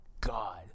God